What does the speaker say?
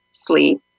sleep